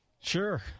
Sure